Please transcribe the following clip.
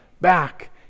back